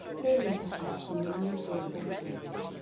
mainly perhaps from the mere dread of entering them,